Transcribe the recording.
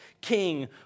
king